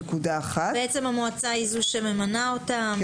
המועצה היא זו שממנה אותם.